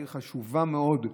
היא עיר חשובה מאוד,